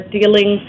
dealing